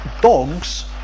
dogs